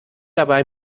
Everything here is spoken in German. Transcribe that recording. dabei